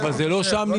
זה לא קשור.